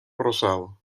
rosado